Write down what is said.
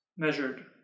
measured